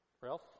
Ralph